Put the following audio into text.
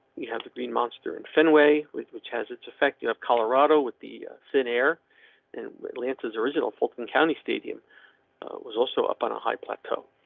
you have the green monster in fenway with which has its effect. you have colorado with the thin air and lances original fulton county stadium was also up on a high plateau,